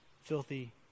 Filthy